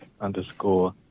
underscore